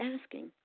asking